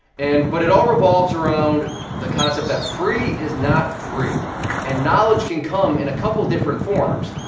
and but it all revolves around the concept that free is not free and knowledge can come in a couple different forms.